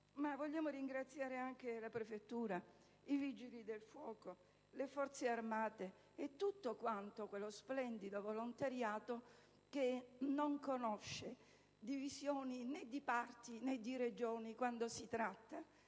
Regione Veneto, ma anche la prefettura, i Vigili del fuoco, le Forze armate e tutto quello splendido volontariato che non conosce divisioni, né di parte, né di regioni, quando si tratta